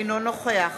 אינו נוכח